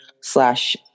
slash